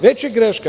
Već je greška.